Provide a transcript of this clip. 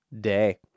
day